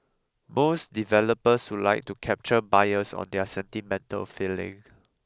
most developers would like to capture buyers on their sentimental feeling